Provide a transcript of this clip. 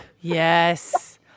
Yes